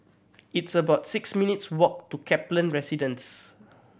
it's about six minutes' walk to Kaplan Residence